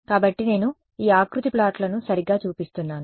కాబట్టి నేను ఈ ఆకృతి ప్లాట్లను సరిగ్గా చూపిస్తున్నాను